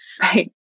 Right